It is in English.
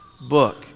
book